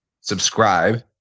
subscribe